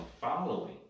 following